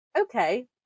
Okay